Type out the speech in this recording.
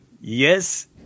Yes